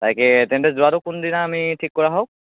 তেন্তে যোৱাটো কোনদিনা আমি ঠিক কৰা হওক